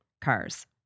cars